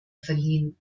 verliehen